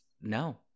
no